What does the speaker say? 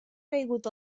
caigut